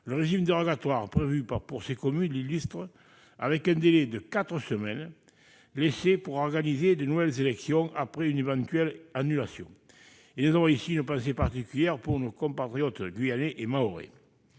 Le régime dérogatoire prévu pour ces communes l'illustre, avec un délai de quatre semaines laissé pour organiser de nouvelles élections après une éventuelle annulation. À cet égard, nous avons une pensée particulière pour nos compatriotes guyanais et mahorais.